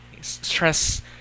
stress